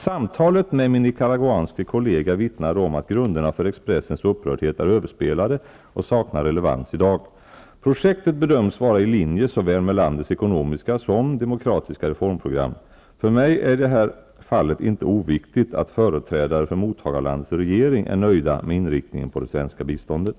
Samtalet med min nicaraguanske kollega vittnade om att grun derna för Expressens upprördhet är överspelade och saknar relevans i dag. Projektet bedöms vara i linje med såväl landets ekonomiska som demokra tiska reformprogram. För mig är det i det här fallet inte oviktigt att företrä dare för mottagarlandets regering är nöjda med inriktningen på det svenska biståndet.